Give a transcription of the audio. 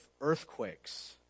earthquakes